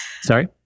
Sorry